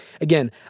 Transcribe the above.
again